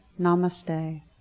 Namaste